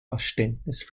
verständnis